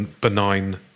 benign